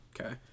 Okay